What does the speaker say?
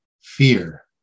fear